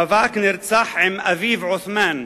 רווק, נרצח עם אביו עותמאן,